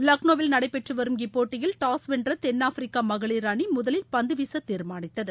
லக்ளோவில் நடைபெற்று வரும் இப்போட்டியில் டாஸ் வென்ற தென்னாப்பரிக்கா மகளிர் அணி முதலில் பந்து வீச தீர்மானித்தது